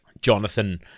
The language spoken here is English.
Jonathan